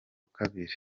kabiri